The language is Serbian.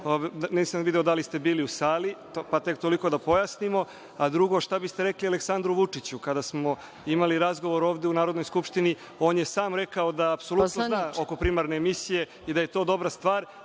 Nisam video da li ste bili u sali, pa tek toliko da pojasnimo. Drugo, šta biste rekli Aleksandru Vučiću, kada smo imali razgovor ovde u Narodnoj skupštini, on je sam rekao da se apsolutno